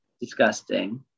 disgusting